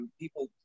people